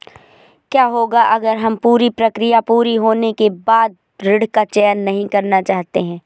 क्या होगा अगर हम पूरी प्रक्रिया पूरी होने के बाद ऋण का चयन नहीं करना चाहते हैं?